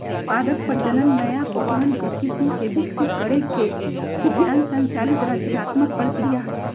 पादप प्रजनन नया पौधवन के किस्म के विकसित करे के विज्ञान संचालित रचनात्मक प्रक्रिया हई